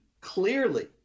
clearly